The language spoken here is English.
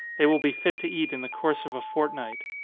they will be fit to eat in the course of a fortnight.